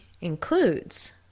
includes